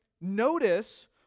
notice